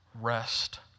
rest